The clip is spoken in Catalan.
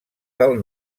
del